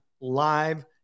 live